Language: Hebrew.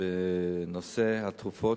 בנושא התרופות